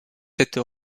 cette